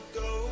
go